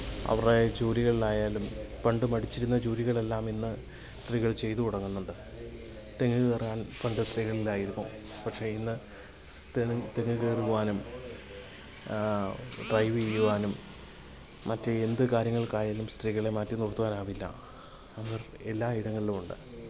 അവരുടെ ജോലികളിലായാലും പണ്ട് പഠിച്ചിരുന്ന ജോലികളെല്ലാം ഇന്ന് സ്ത്രീകള് ചെയ്ത് തുടങ്ങുന്നുണ്ട് തെങ്ങ് കയറാൻ പണ്ട് സ്ത്രീകള് ഇല്ലായിരുന്നു പക്ഷെ ഇന്ന് തെങ്ങ് കയറുവാനും ഡ്രൈവ് ചെയ്യുവാനും മറ്റ് എന്ത് കാര്യങ്ങള്ക്കായാലും സ്ത്രീകളെ മാറ്റി നിര്ത്തുവാനാവില്ല അവര് എല്ലാ ഇടങ്ങളിലും ഉണ്ട്